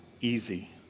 easy